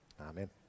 Amen